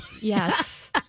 yes